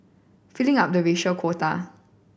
filling up the racial quota